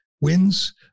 wins